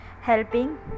helping